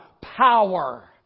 power